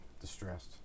Distressed